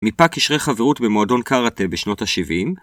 מיפה קשרי חברות במועדון קראטה בשנות ה-70